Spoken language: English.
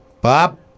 Bob